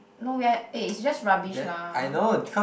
no we are eh it's just rubbish lah